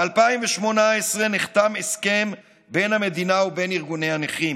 ב-2018 נחתם הסכם בין המדינה ובין ארגוני הנכים,